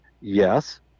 yes